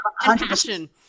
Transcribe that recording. passion